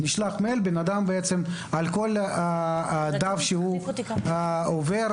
נשלח מייל, ועל כך דף שאדם עובר